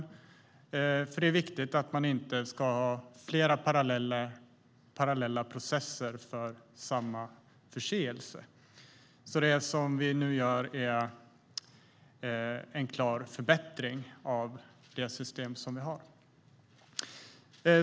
Det är nämligen viktigt att det inte ska vara flera parallella processer för samma förseelse. Det vi nu gör är alltså en klar förbättring av det system vi har.